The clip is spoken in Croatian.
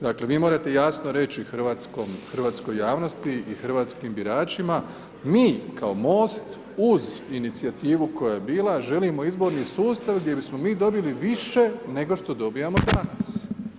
Dakle, vi morate jasno reći hrvatskoj javnosti i hrvatskim biračima, mi kao MOST uz inicijativu koja je bila želimo izborni sustav gdje bismo mi dobili više nego što dobivamo danas.